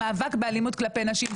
למאבק באלימות כלפי נשים.